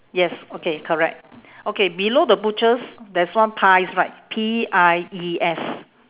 yes okay correct okay below the butchers there's one pies right P I E S